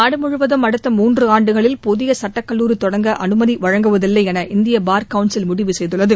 நாடுமுழுவதும் அடுத்த மூன்றாண்டுகளில் புதிய சுட்டக் கல்லூரி தொடங்க அனுமதி வழங்குவதில்லை என இந்திய பார் கவுன்சில் முடிவு செய்துள்ளது